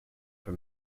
for